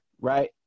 right